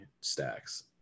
stacks